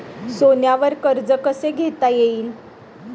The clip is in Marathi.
सोन्यावर कर्ज कसे घेता येईल?